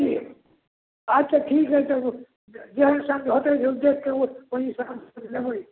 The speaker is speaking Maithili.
ठीक अच्छा ठीक हय तब उ जेहन समझ औतै देखके उ ओहि हिसाबसँ लेबै